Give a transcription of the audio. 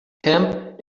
camp